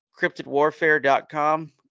cryptidwarfare.com